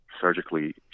surgically